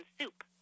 soup